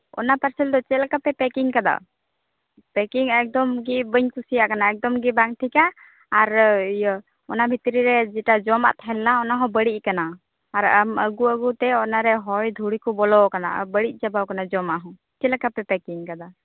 ᱚᱱᱟ ᱯᱟᱨᱥᱮᱞ ᱫᱚ ᱪᱮᱫ ᱞᱮᱠᱟᱯᱮ ᱯᱮᱠᱤᱝ ᱠᱟᱫᱟ ᱯᱮᱠᱤᱝ ᱮᱠᱫᱚᱢ ᱜᱮ ᱵᱟᱹᱧ ᱠᱩᱥᱤᱭᱟᱜ ᱠᱟᱱᱟ ᱮᱠᱫᱚᱢ ᱜᱮ ᱵᱟᱝ ᱴᱷᱤᱠᱟ ᱟᱨ ᱤᱭᱟᱹ ᱚᱱᱟ ᱵᱷᱤᱛᱨᱤ ᱨᱮ ᱡᱮᱴᱟ ᱡᱚᱢᱟᱜ ᱛᱟᱦᱮᱸ ᱞᱮᱱᱟ ᱚᱱᱟ ᱦᱚᱸ ᱵᱟᱹᱲᱤᱡ ᱟᱠᱟᱱᱟ ᱟᱨ ᱟᱢ ᱟᱹᱜᱩ ᱟᱹᱜᱩᱛᱮ ᱚᱱᱟᱨᱮ ᱦᱚᱭ ᱫᱷᱩᱲᱤ ᱠᱚ ᱵᱚᱞᱚ ᱟᱠᱟᱱᱟ ᱟᱨ ᱵᱟᱹᱲᱤᱡ ᱪᱟᱵᱟ ᱟᱠᱟᱱᱟ ᱡᱚᱢᱟᱜ ᱦᱚᱸ ᱪᱮᱫ ᱞᱮᱠᱟᱯᱮ ᱯᱮᱠᱤᱝ ᱠᱟᱫᱟ